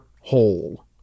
whole